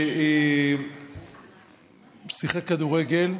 ששיחק כדורגל.